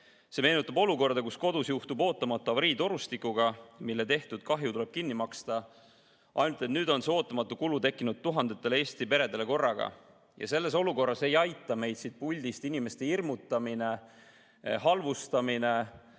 See meenutab olukorda, kus kodus juhtub ootamatu avarii torustikega, mille tehtud kahju tuleb kinni maksta, ainult et nüüd on see ootamatu kulu tekkinud tuhandetele Eesti peredele korraga. Selles olukorras aga ei aita meid siit puldist inimeste hirmutamine, halvustamine,